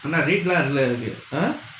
ஆனா:aanaa red lah இல்ல எனக்கு:illa enakku !huh!